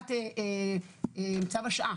מבחינת צו השעה,